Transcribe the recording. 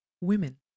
Women